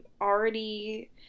already